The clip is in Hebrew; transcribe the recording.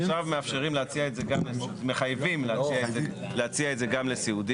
עכשיו מחייבים להציע את זה גם לסיעודי.